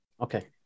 Okay